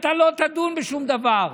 אתה לא תדון בשום דבר,